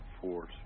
force